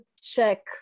check